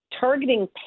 targeting